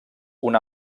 una